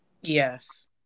Yes